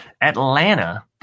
Atlanta